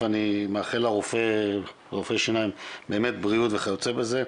א' אני מאחל לרופא שיניים, בריאות וכיוצא בזה.